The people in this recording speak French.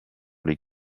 les